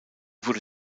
wurde